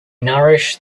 nourish